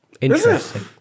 Interesting